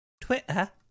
Twitter